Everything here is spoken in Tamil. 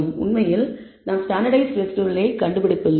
உண்மையில் நாம் ஸ்டாண்டர்ட்டைஸ்ட் ரெஸிடுவலை கண்டுபிடித்துள்ளோம்